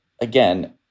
again